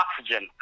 oxygen